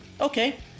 Okay